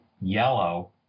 yellow